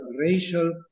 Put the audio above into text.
racial